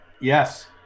Yes